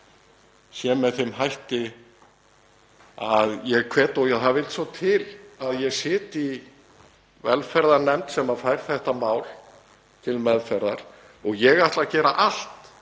fram sé með þeim hætti að ég hvet — og það vill svo til að ég sit í velferðarnefnd sem fær þetta mál til meðferðar og ég ætla að gera allt